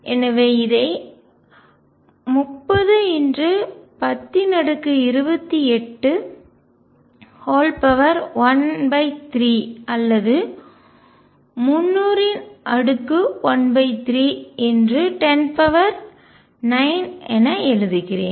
எனவே இதை 30×102813 அல்லது 30013109 என எழுதுகிறேன்